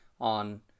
on